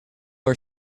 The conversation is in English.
are